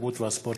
התרבות והספורט.